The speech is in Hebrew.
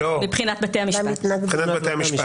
מבחינת בתי המשפט.